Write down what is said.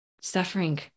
suffering